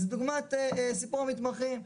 זאת דוגמת סיפור המתמחים,